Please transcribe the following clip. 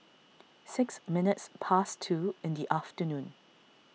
six minutes past two in the afternoon